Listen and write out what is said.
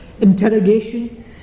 interrogation